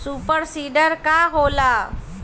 Super seeder का होला?